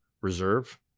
reserve